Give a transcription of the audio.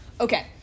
Okay